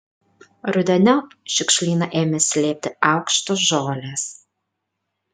rudeniop šiukšlyną ėmė slėpti aukštos žolės